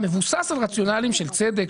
מבוסס על רציונלים של צדק,